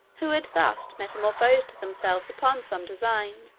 who had thus metamorphosed themselves upon some design,